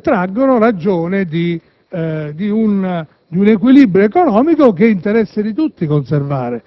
traggono ragione di un equilibrio economico che è interesse di tutti conservare.